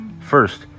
First